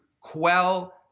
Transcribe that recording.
quell